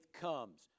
comes